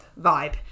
Vibe